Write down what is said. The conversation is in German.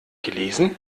gelesen